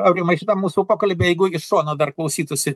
aurimai šitą mūsų pokalbį jeigu iš šono dar klausytųsi